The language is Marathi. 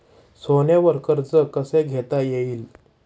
सोन्यावर कर्ज कसे घेता येईल?